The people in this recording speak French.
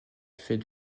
fait